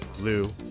Lou